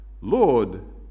Lord